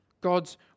God's